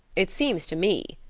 it seems to me,